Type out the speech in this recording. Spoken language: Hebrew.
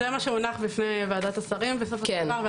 זה מה שהונח בפני ועדת השרים בסופו של דבר.